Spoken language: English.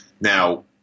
Now